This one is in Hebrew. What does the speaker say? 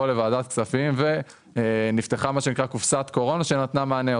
לוועדת הכספים, ונפתחה קופסת קורונה שנתנה מענה.